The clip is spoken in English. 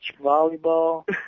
volleyball